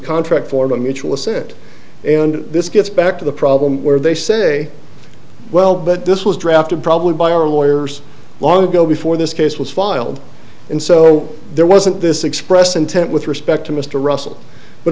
contract for the mutual set and this gets back to the problem where they say well but this was drafted probably by our lawyers long ago before this case was filed and so there wasn't this expressed intent with respect to mr russell but